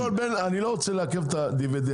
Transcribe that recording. קודם כל אני לא רוצה לעכב את הדיוודנדים.